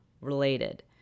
related